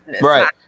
Right